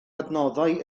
adnoddau